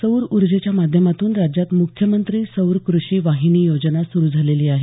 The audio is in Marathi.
सौर ऊर्जेच्या माध्यमातून राज्यात म्ख्यमंत्री सौर कृषी वाहिनी योजना सुरु झालेली आहे